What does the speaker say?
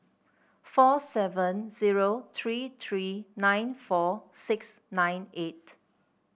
four seven zero three three nine four six nine eight